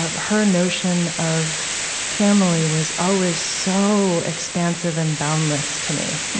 um her notion of family was always so expansive and boundless to me.